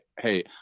Hey